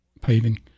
paving